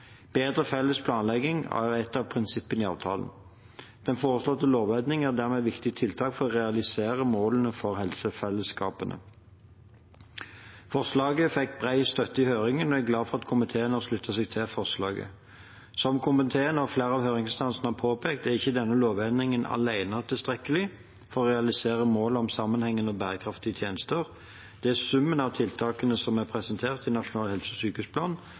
Bedre felles planlegging er et av prinsippene i avtalen. Den foreslåtte lovendringen er dermed et viktig tiltak for å realisere målene for helsefellesskapene. Forslaget fikk bred støtte i høringen, og jeg er glad for at komiteen har sluttet seg til forslaget. Som komiteen og flere av høringsinstansene har påpekt, er ikke denne lovendringen alene tilstrekkelig for å realisere målet om sammenhengende og bærekraftige tjenester. Det er summen av tiltakene som er presentert i Nasjonal helse- og sykehusplan,